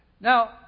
Now